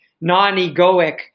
non-egoic